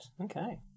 okay